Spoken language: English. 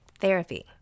Therapy